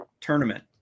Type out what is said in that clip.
tournament